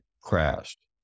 crashed